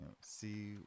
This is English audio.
see